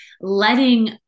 letting